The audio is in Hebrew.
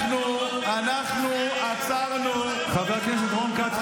אנחנו עצרנו, תראה לנו נתון אחד.